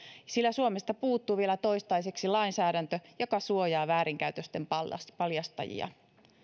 sillä suomesta puuttuu vielä toistaiseksi lainsäädäntö joka suojaa väärinkäytösten paljastajia paljastajia